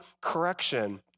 correction